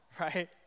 right